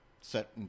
set